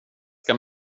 ska